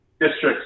districts